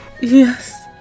Yes